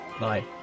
Bye